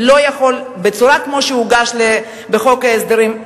בצורה כמו שהוגש בחוק ההסדרים,